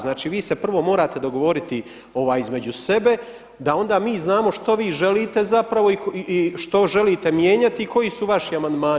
Znači vi se prvo morate dogovoriti između sebe da onda mi znamo što vi želite zapravo i što želite mijenjati i koji su vaši amandmani.